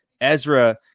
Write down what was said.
Ezra